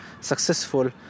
successful